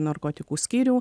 narkotikų skyrių